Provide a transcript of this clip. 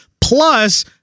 Plus